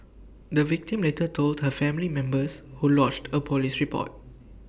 the victim later told her family members who lodged A Police report